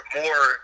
more